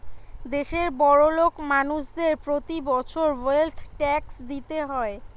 দেশের বড়োলোক মানুষদের প্রতি বছর ওয়েলথ ট্যাক্স দিতে হয়